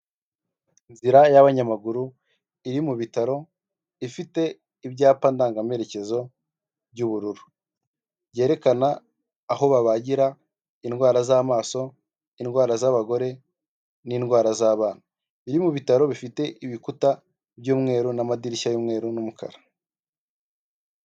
Inzira y’abanyamaguru iri mu bitaro ifite ibyapa ndangaperekezo by’ubururu. Byerekana aho babagira indwara z’amaso, indwara z’abagore, n’indwara z’abana. Iri mu bitaro bifite ibikuta by’umweru n’amadirishya y'umweru n’umukara.